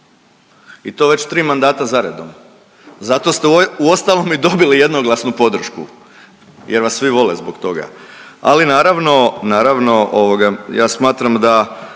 i to već tri mandata zaredom, za to ste uostalom i dobili jednoglasnu podršku jer vas svi vole zbog toga. Ali naravno, naravno ja smatram da